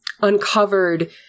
uncovered